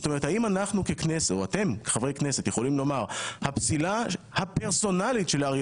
האם אנחנו ככנסת או אתם חברי כנסת יכולים לומר שהפסילה הפרסונלית של אריה